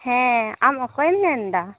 ᱦᱮᱸ ᱟᱢ ᱚᱠᱚᱭᱮᱢ ᱢᱮᱱᱫᱟ